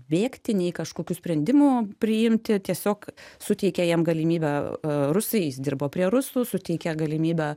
bėgti nei kažkokių sprendimų priimti tiesiog suteikė jam galimybę rusai jis dirbo prie rusų suteikė galimybę